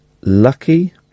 Lucky